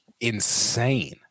insane